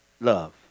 love